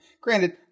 Granted